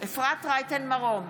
אפרת רייטן מרום,